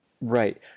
Right